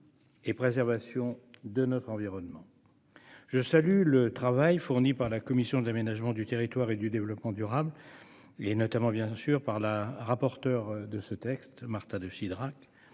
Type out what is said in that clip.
et préservation de notre environnement. Je salue le travail fourni par la commission de l'aménagement du territoire et du développement durable, en particulier par la rapporteure de ce texte, Marta de Cidrac.